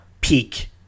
peak